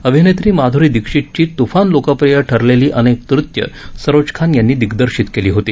अभिनेत्री माध्री दीक्षितची त्फान लोकप्रिय ठरलेली अनेक नृत्यं सरोज खान यांनी दिग्दर्शित केली होती